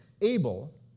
able